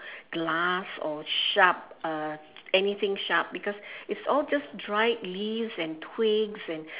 glass or sharp uh anything sharp because it's all just dried leaves and twigs and